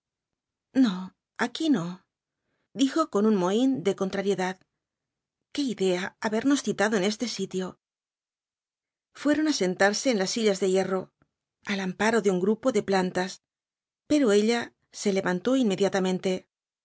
no aquí no dijo con un mohín de contrariedad qué idea habernos citado en este sitio fueron á sentarse en las sillas de hierro al amparo v blasco ibá ñbz de un grupo de plantas pero ella se levantó inmediatamente